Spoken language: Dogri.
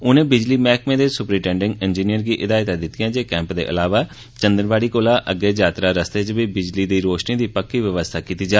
उनें बिजली मैह्कमे दे सुपरिटेंडिंग इंजीनियर गी निर्देष दित्ता जे कैंप दे इलावा चंदनवाड़ी कोला अग्गे यात्रा रस्ते च बी बिजली ते रोषनी दी पक्की बवस्था कीती जा